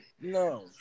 No